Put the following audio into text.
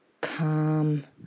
calm